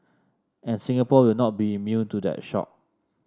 and Singapore will not be immune to that shock